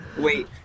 Wait